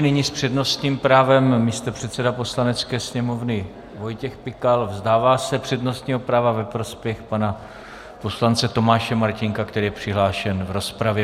Nyní s přednostním právem místopředseda Poslanecké sněmovny Vojtěch Pikal vzdává se přednostního práva ve prospěch pana poslance Tomáše Martínka, který je přihlášen v rozpravě.